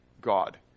god